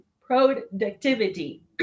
productivity